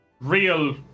real